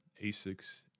ASICs